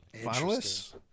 finalists